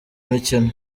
mikino